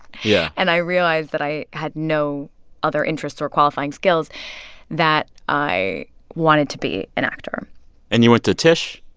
yeah. and i realized that i had no other interests or qualifying skills that i wanted to be an actor and you went to tisch.